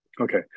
Okay